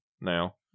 now